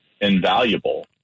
invaluable